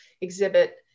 exhibit